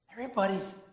Everybody's